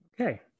Okay